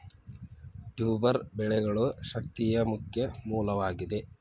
tuber ಬೆಳೆಗಳು ಶಕ್ತಿಯ ಮುಖ್ಯ ಮೂಲವಾಗಿದೆ